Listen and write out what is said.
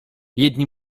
jedni